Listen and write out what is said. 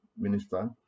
minister